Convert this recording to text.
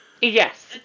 yes